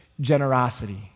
generosity